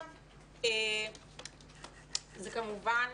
זה כמובן